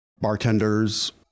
bartenders